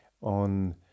on